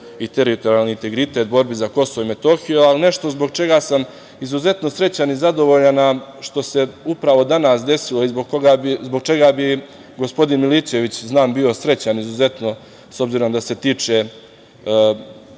i teritorijalni integritet, borbi za Kosovo i Metohiju. Ali, nešto zbog čega sam izuzetno srećan i zadovoljan, a što se upravo danas desilo i zbog čega bi gospodin Milićević znam bio srećan izuzetno, s obzirom da se tiče